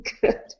Good